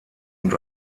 und